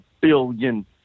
billion